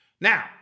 Now